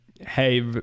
Hey